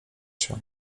się